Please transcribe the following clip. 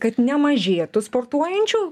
kad nemažėtų sportuojančių